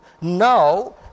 Now